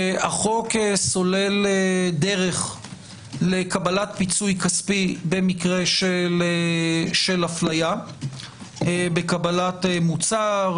שהחוק סולל דרך לקבלת פיצוי כספי במקרה של אפליה בקבלת מוצר,